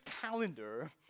calendar